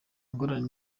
ingorane